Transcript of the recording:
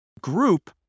group